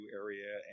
area